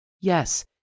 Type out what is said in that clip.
Yes